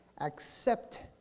accept